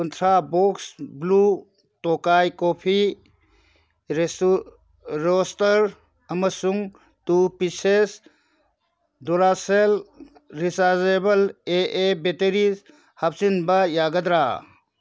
ꯀꯨꯟꯊ꯭ꯔꯥ box blue ꯇꯣꯀꯥꯏ coffee roaster ꯑꯃꯁꯨꯡ two pieces Duracell rechargeable A A batteries ꯍꯥꯞꯆꯤꯟꯕ ꯌꯥꯒꯗ꯭ꯔꯥ